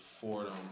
Fordham